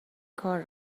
کار